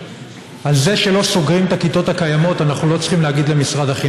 וזה לא משנה כרגע מי עשה את זה ולמה הוא עשה את